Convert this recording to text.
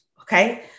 Okay